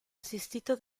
assistito